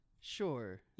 Sure